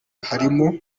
harimo